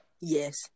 Yes